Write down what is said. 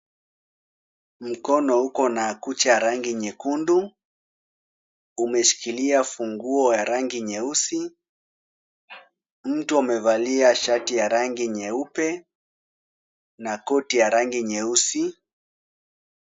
Mkono uko na kucha ya rangi nyekundu umeshikilia funguo ya rangi nyeusi. Mtu amevalia shati ya rangi nyeupe na koti ya rangi nyeusi.